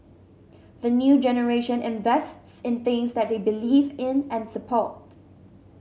the new generation invests in things that they believe in and support